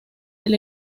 del